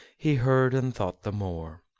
he heard and thought the more.